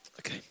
okay